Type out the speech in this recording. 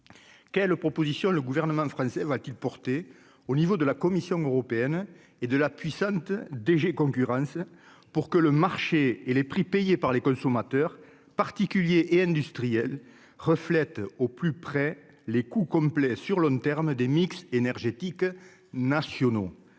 quelles propositions le gouvernement français va-t-il porter au niveau de la Commission européenne et de la puissante DG concurrence pour que le marché et les prix payés par les consommateurs particuliers et industriels reflète au plus près les coûts complets sur long terme des mix énergétiques nationaux,